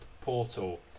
portal